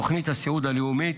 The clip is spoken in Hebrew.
תוכנית הסיעוד הלאומית,